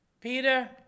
Peter